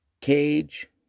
Cage